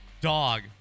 dog